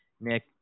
Nick